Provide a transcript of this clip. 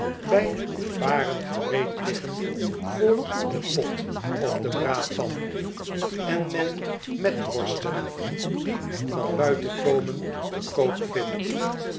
bij paren gereed liggen voor den pot of de braadpan en men metworsten die van buiten komen te koop vindt